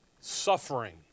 suffering